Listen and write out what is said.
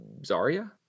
Zarya